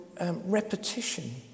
repetition